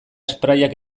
sprayak